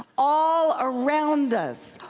all around us,